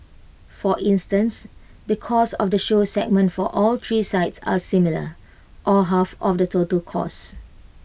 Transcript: for instance the cost of the show segment for all three sites are similar or half of the total costs